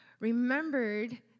remembered